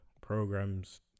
programs